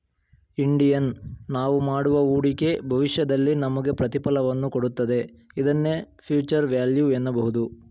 Indian ನಾವು ಮಾಡುವ ಹೂಡಿಕೆ ಭವಿಷ್ಯದಲ್ಲಿ ನಮಗೆ ಪ್ರತಿಫಲವನ್ನು ಕೊಡುತ್ತದೆ ಇದನ್ನೇ ಫ್ಯೂಚರ್ ವ್ಯಾಲ್ಯೂ ಎನ್ನಬಹುದು